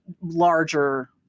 larger